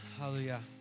Hallelujah